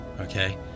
okay